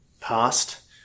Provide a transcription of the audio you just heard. past